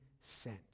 sent